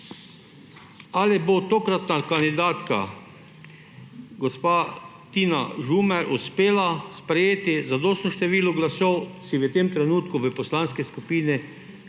Ali bo tokratna kandidatka gospa Tina Žumer uspela sprejeti zadostno število glasov, si v tem trenutku v poslanski skupini ne